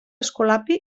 escolapi